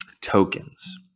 tokens